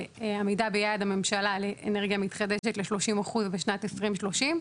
בעמידה ביעד הממשלה לאנרגיה מתחדשת של 30 אחוזים בשנת 2030,